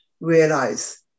realize